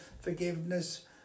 forgiveness